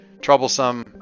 Troublesome